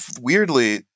weirdly